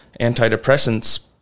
antidepressants